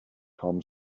tom